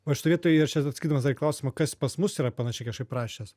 va šitoj vietoj aš atsakydamas dar į klausimą kas pas mus yra panašiai kažkaip rašęs